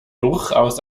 durchaus